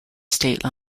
state